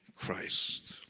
Christ